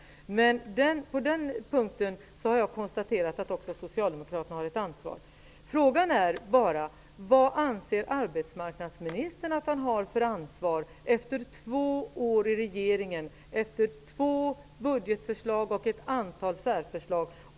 På den punkten har jag konstaterat att också Socialdemokraterna har ett ansvar. Frågan är bara: Vad anser arbetsmarknadsministern att han har för ansvar efter två år i regeringen, efter två budgetförslag och ett antal särförslag?